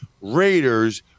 Raiders